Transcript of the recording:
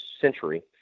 century